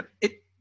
it-